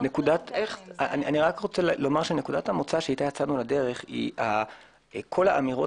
נקודת המוצא שאתה יצאנו לדרך היא כל האמירות